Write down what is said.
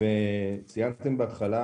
ציינתם בהתחלה